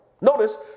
notice